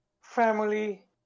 family